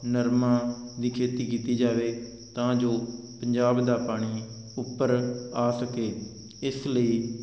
ਨਰਮਾ ਦੀ ਖੇਤੀ ਕੀਤੀ ਜਾਵੇ ਤਾਂ ਜੋ ਪੰਜਾਬ ਦਾ ਪਾਣੀ ਉੱਪਰ ਆ ਸਕੇ ਇਸ ਲਈ